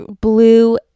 blue